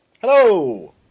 Hello